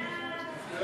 חברת הכנסת שרן השכל,